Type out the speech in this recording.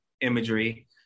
imagery